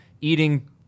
eating